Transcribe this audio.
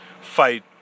fight